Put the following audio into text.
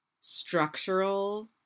structural